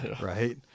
Right